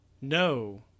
No